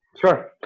Sure